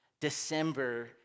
December